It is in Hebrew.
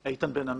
שמי איתן בן עמי,